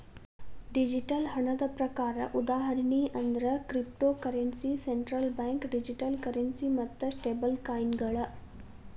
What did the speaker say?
digital ಹಣದ ಪ್ರಕಾರ ಉದಾಹರಣಿ ಅಂದ್ರ cryptocurrency, central bank digital currency ಮತ್ತ ಸ್ಟೇಬಲ್ಕಾಯಿನ್ಗಳ